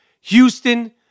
Houston